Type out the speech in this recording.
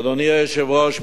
אדוני היושב-ראש,